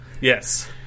Yes